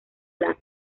las